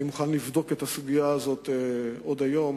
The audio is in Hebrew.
אני מוכן לבדוק את הסוגיה הזו עוד היום,